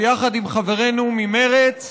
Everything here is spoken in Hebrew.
ביחד עם חברינו ממרצ,